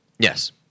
Yes